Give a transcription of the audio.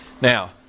Now